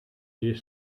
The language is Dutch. zeer